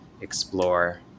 explore